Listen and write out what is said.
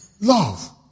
Love